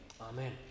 Amen